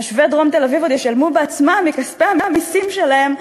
תושבי דרום תל-אביב עוד ישלמו בעצמם: מכספי המסים שלהם,